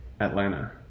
Atlanta